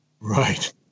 right